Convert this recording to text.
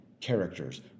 characters